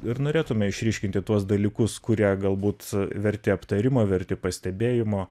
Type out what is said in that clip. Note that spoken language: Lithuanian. ir norėtume išryškinti tuos dalykus kurie galbūt verti aptarimo verti pastebėjimo